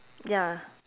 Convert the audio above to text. ya